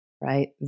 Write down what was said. right